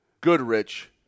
Goodrich